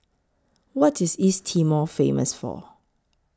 What IS East Timor Famous For